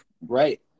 Right